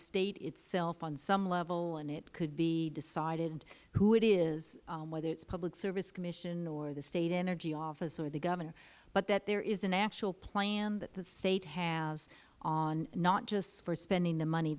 state itself on some level and it could be decided who it is whether it is public service commission or the state energy office or the governor but that there is an actual plan that the state has not just for spending the money